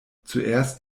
zuerst